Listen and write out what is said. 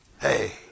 Hey